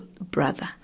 brother